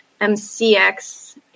MCX